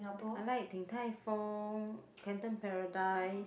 I like Din-Tai-Fung Canton Paradise